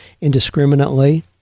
indiscriminately